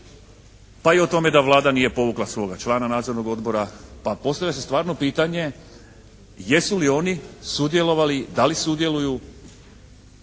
pa i o tome da Vlada nije povukla svoga člana Nadzornog odbora. Pa postavlja se stvarno pitanje jesu li oni sudjelovali, da li sudjeluju